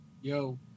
Yo